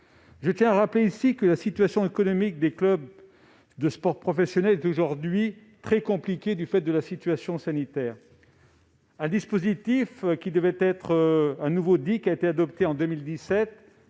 Je tiens à rappeler ici que la situation économique des clubs de sport professionnels est aujourd'hui très compliquée du fait de la situation sanitaire. Un dispositif, qui devait devenir un nouveau droit à l'image des